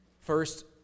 First